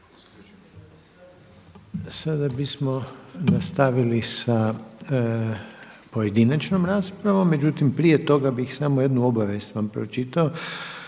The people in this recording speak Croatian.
Sada bismo nastavili sa pojedinačnom raspravom, međutim prije toga bih samo jednu obavijest vam pročitao.